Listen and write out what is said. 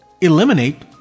eliminate